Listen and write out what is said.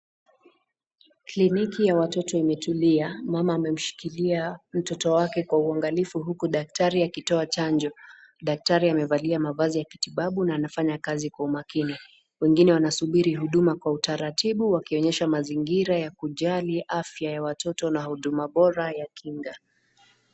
Kliniki ya watoto imetulia. Mama amemshikilia mtoto wake kwa uangalifu huku daktari akitoa chanjo. Daktari amevalia mavazi ya kitibabu na anafanya kazi kwa umakini. Wengine wanasubiri huduma kwa utaratibu wakionyesha mazingira ya kujali afya ya watoto na huduma bora ya kinga.